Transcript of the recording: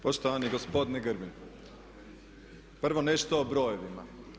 Poštovani gospodine Grbin, prvo nešto o brojevima.